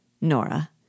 Nora